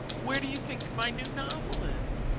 where do you think my new novel is?